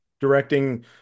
directing